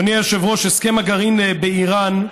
אדוני היושב-ראש, הסכם הגרעין באיראן,